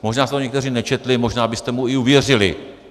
Možná jste to někteří nečetli, možná byste mu i uvěřili.